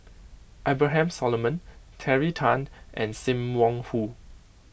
Abraham Solomon Terry Tan and Sim Wong Hoo